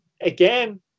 again